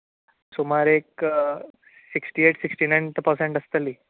सुमार एक sixty eight sixty nine percent आसतली